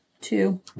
two